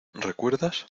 recuerdas